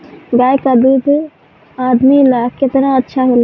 गाय का दूध आदमी ला कितना अच्छा होला?